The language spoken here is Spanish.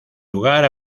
lugar